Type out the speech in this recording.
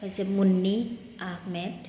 হৈছে মুন্নি আহমেদ